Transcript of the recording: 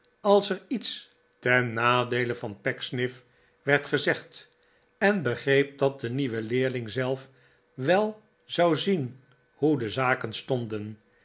als er iets ten nadeele van pecksniff werd gezegd en begreep dat de nieuwe leerling zelf wel zou zien hoe de zaken stonden